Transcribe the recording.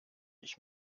ich